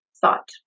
Thought